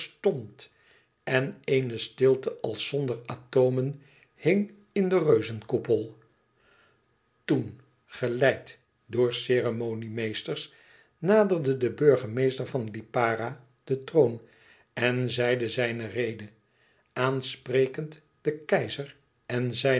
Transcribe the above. en eene stilte als zonder atomen hing in den reuzenkoepel toen geleid door ceremoniemeesters naderde de burgemeester van lipara den troon en zeide zijne rede aansprekend den keizer en